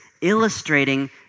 illustrating